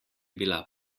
bila